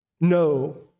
No